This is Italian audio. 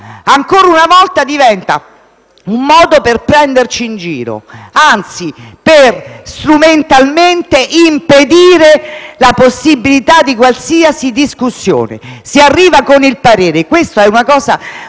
ancora una volta diventa un modo per prenderci in giro, anzi per impedire strumentalmente la possibilità di qualsiasi discussione. Si arriva con il parere; questa è una cosa,